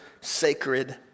sacred